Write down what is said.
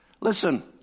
Listen